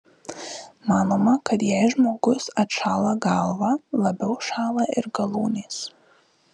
manoma kad jei žmogus atšąla galvą labiau šąla ir galūnės